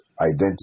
identity